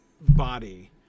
body